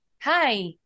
hi